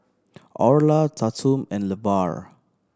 Orla Tatum and Levar